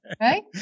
right